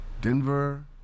Denver